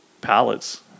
pallets